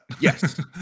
Yes